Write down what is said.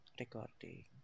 recording